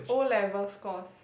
O-level scores